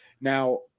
Now